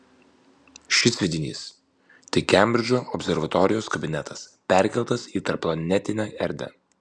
šis sviedinys tai kembridžo observatorijos kabinetas perkeltas į tarpplanetinę erdvę